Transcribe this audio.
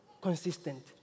consistent